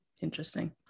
Interesting